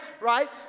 right